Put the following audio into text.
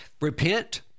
repent